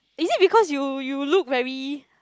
is it because you you look very